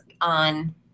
on